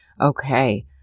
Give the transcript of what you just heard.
Okay